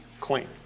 clean